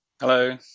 Hello